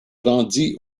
rendit